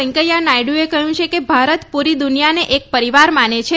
વેંકૈયા નાયડુએ કહ્યું છે કેભારત પૂરી દુનિયાને એક પરિવાર માને છે